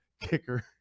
kicker